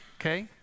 Okay